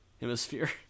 hemisphere